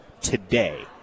today